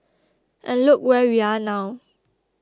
and look where we are now